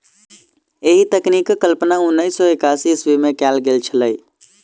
एहि तकनीकक कल्पना उन्नैस सौ एकासी ईस्वीमे कयल गेल छलै